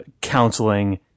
counseling